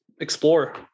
explore